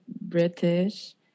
British